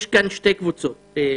יש כאן שתי קבוצות בארץ,